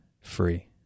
free